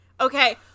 Okay